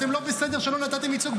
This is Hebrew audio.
אתם לא בסדר שלא נתתם ייצוג.